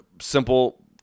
simple